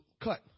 cut